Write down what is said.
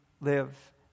live